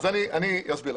אני אסביר לך.